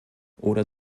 oder